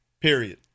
period